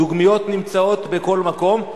הדוגמיות נמצאות בכל מקום.